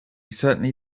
certainly